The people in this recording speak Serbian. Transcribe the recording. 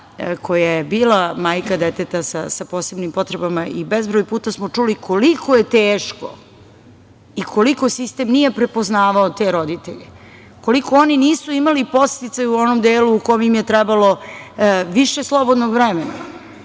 koja je bila majka deteta sa posebnim potrebama i bezbroj puta smo čuli koliko je teško i koliko sistem nije prepoznavao te roditelje. Koliko oni nisu imali podsticaj u onom delu u kome im je trebalo više slobodnog vremena,